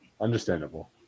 Understandable